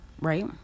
right